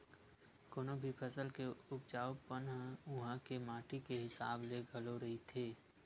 कोनो भी फसल के उपजाउ पन ह उहाँ के माटी के हिसाब ले घलो रहिथे